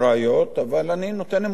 אבל אני נותן אמון בדבריה,